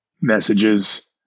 messages